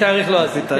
לפי תאריך לועזי.